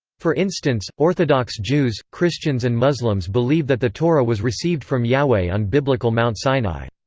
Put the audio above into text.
for instance, orthodox jews, christians and muslims believe that the torah was received from yahweh on biblical mount sinai.